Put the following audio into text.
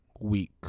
week